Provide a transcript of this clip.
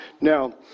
Now